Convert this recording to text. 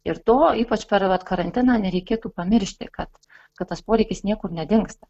ir to ypač per vat karantiną nereikėtų pamiršti kad kad tas poreikis niekur nedingsta